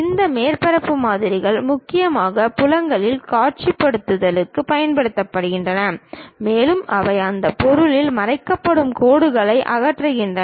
இந்த மேற்பரப்பு மாதிரிகள் முக்கியமாக புலங்களின் காட்சிப்படுத்தலுக்குப் பயன்படுத்தப்படுகின்றன மேலும் அவை அந்த பொருளின் மறைக்கப்பட்ட கோடுகளை அகற்றுகின்றன